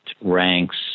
ranks